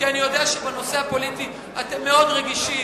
כי אני יודע שבנושא הפוליטי אתם מאוד רגישים,